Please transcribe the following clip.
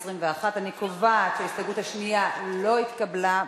21. אני קובעת שההסתייגות השנייה לא התקבלה.